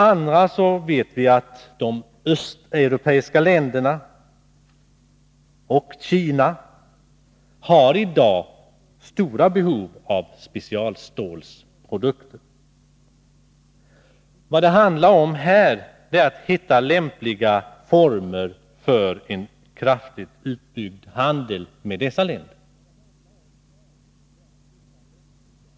Vidare vet vi att de östeuropeiska länderna och Kina i dag har stort behov av specialstålsprodukter. Det handlar i detta fall om att hitta lämpliga former för en kraftigt utbyggd handel med dessa länder.